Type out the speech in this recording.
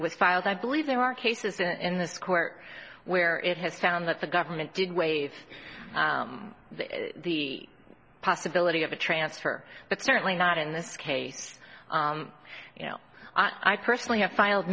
was filed i believe there are cases in this court where it has found that the government did waive the possibility of a transfer but certainly not in this case you know i personally have filed